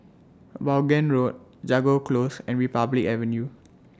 Vaughan Road Jago Close and Republic Avenue